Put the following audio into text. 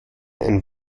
ein